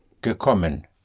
gekommen